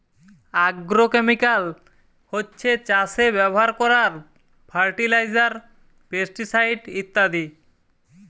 agrochemical হচ্ছে চাষে ব্যাভার কোরার ফার্টিলাইজার, পেস্টিসাইড ইত্যাদি